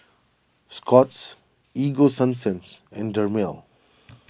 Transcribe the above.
Scott's Ego Sunsense and Dermale